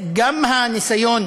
גם הניסיון